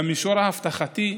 במישור האבטחתי,